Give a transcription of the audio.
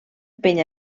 penya